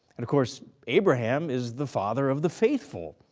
and of course abraham is the father of the faithful.